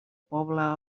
poble